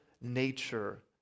nature